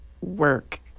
work